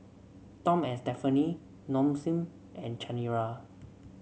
Tom and Stephanie Nong Shim and Chanira